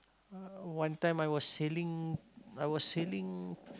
uh one time I was sailing I was sailing